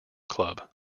club